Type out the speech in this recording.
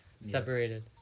separated